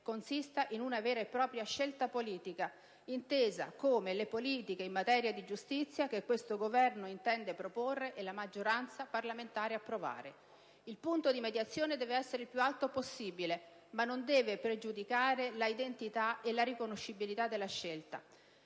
consista in una vera e propria scelta politica, intesa come le politiche in materia di giustizia che questo Governo intende proporre e la maggioranza parlamentare approvare. Il punto di mediazione deve essere il più alto possibile, ma non deve pregiudicare la identità e la riconoscibilità della scelta.